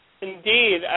Indeed